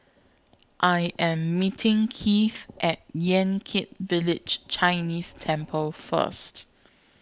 I Am meeting Keith At Yan Kit Village Chinese Temple First